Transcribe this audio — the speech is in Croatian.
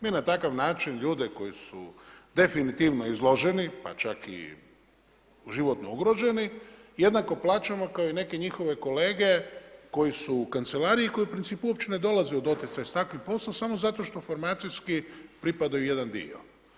Mi na takav način ljude koji su definitivno izloženi pa čak i životno ugroženi jednako plaćamo kao i neke njihove kolege koji su u kancelariji koji u principu uopće ne dolaze u doticaj sa takvim poslom samo zato što formacijski pripadaju jedan dio.